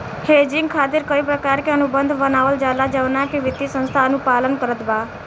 hedging खातिर कई प्रकार के अनुबंध बनावल जाला जवना के वित्तीय संस्था अनुपालन करत बा